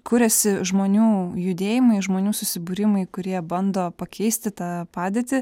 kuriasi žmonių judėjimai žmonių susibūrimai kurie bando pakeisti tą padėtį